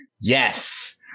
Yes